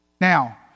Now